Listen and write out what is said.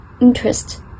interest